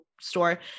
store